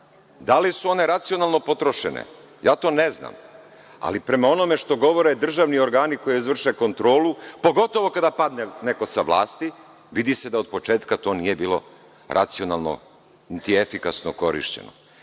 Da li su one racionalne potrošene? Ja to ne znam, ali prema onome što govore državni organi koji vrše kontrolu, pogotovo kada padne neko sa vlasti, vidi se da od početka to nije bilo racionalno niti efikasno korišćeno. Taj